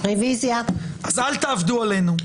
אל תעבדו עלינו,